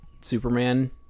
superman